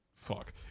fuck